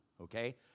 okay